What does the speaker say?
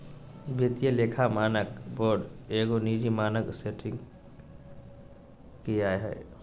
वित्तीय लेखा मानक बोर्ड एगो निजी मानक सेटिंग निकाय हइ